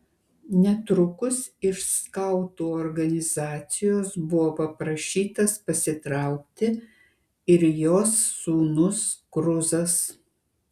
netrukus iš skautų organizacijos buvo paprašytas pasitraukti ir jos sūnus kruzas